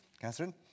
Catherine